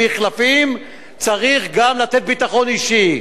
מחלפים צריך גם לתת ביטחון אישי.